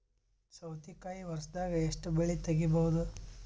ಸೌತಿಕಾಯಿ ವರ್ಷದಾಗ್ ಎಷ್ಟ್ ಬೆಳೆ ತೆಗೆಯಬಹುದು?